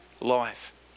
life